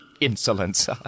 insolence